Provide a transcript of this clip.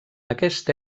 aquesta